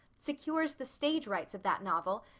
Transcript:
secures the stage rights of that novel,